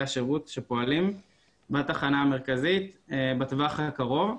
השירות שפועלים בתחנה המרכזית בטווח הקרוב.